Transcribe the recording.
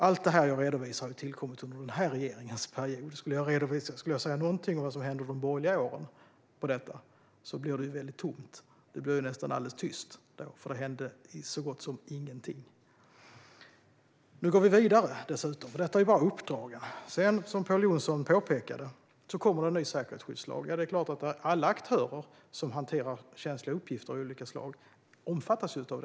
Allt det jag redovisar har tillkommit under denna regerings period. Om jag skulle säga någonting om vad som hände på detta område under de borgerliga åren skulle det bli väldigt tomt. Det skulle bli alldeles tyst, för det hände så gott som ingenting. Nu går vi vidare - detta rör ju bara uppdragen. Som Pål Jonson påpekade kommer en ny säkerhetsskyddslag, som alla aktörer som hanterar känsliga uppgifter av olika slag omfattas av.